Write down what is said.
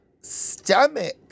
stomach